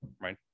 right